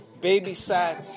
babysat